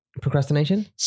Procrastination